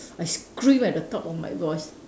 I screamed at the top of my voice